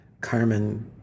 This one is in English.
Carmen